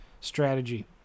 strategy